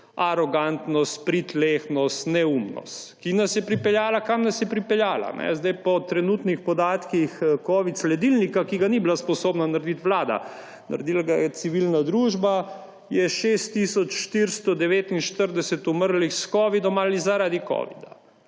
arogantnost, pritlehnost, neumnost, ki nas je pripeljala, kamor nas je pripeljala. Po trenutnih podatkih Sledilnika covid-19, ki ga ni bila sposobna narediti vlada, naredila ga je civilna družba, je 6 tisoč 449 umrlih s covidom ali zaradi covida.